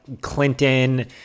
clinton